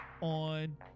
on